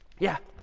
yeah.